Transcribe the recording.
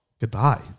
Goodbye